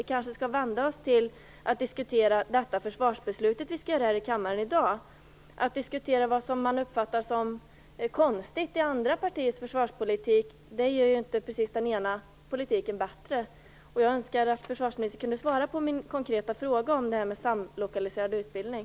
Vi kanske skall diskutera det försvarsbeslut vi skall fatta här i kammaren i dag. Att säga att något är konstigt i andra partiers försvarspolitik gör inte precis den egna politiken bättre. Jag önskar att försvarsministern kunde svara på min konkreta fråga om samlokaliserad utbildning.